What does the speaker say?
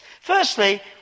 Firstly